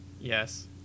Yes